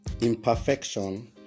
imperfection